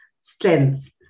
strength